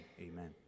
amen